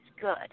good